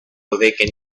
awaken